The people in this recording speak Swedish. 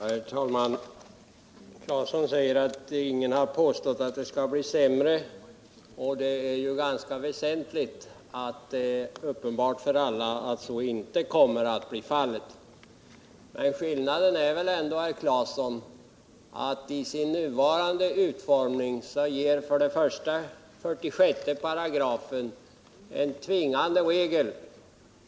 Herr talman! Tore Claeson säger att ingen har påstått att det skall bli sämre, och det är ju väsentligt att det är uppenbart för alla att så inte kommer att bli fallet. Men skillnaden är ändå, herr Claeson, att i sin nuvarande utformning ger 46 § en tvingande regel.